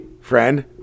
friend